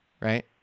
right